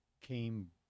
came